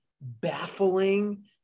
baffling